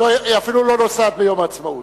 היא אפילו לא נוסעת ביום העצמאות.